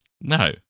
No